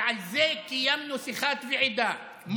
ועל זה קיימנו שיחת ועידה,